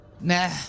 Nah